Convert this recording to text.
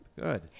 Good